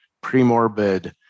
pre-morbid